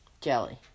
jelly